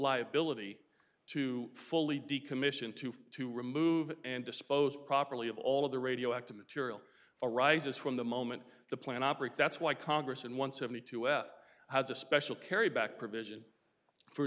liability to fully decommission to to remove and dispose properly of all of the radioactive material arises from the moment the plant operates that's why congress and one seventy two f has a special carry back provision for